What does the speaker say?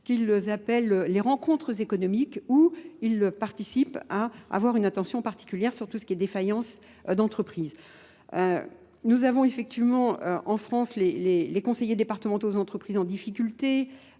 qu'ils appellent les rencontres économiques où ils participent à avoir une attention particulière sur tout ce qui est défaillance d'entreprises. Nous avons effectivement en France les conseillers départementaux aux entreprises en difficulté,